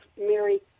Mary